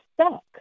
stuck